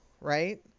right